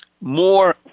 more